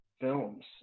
films